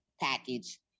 package